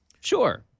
sure